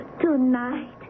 Tonight